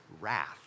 wrath